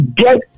get